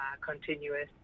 continuous